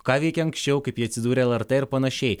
ką veikė anksčiau kaip jie atsidūrė lrt ir panašiai